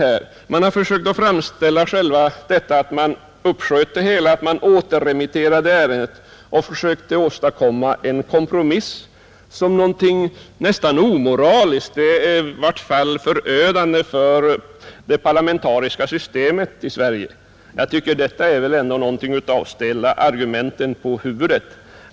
Själva det förhållandet att man uppsköt beslutet och återremitterade ärendet för att försöka åstadkomma en kompromiss har framställts som någonting nästan omoraliskt eller i vart fall någonting förödande för det parlamentariska systemet i Sverige. Det är väl ändå att ställa argumenten på huvudet.